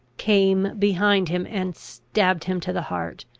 came behind him, and stabbed him to the heart.